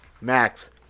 Max